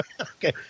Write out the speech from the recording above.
Okay